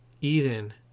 Eden